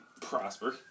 Prosper